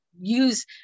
use